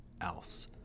else